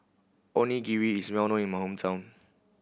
onigiri is well known in my hometown